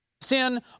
Sin